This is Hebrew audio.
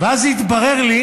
ואז התברר לי